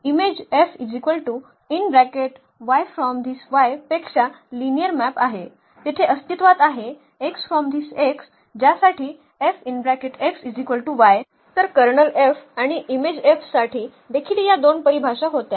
तर केर F आणि Im साठी देखील या दोन परिभाषा होत्या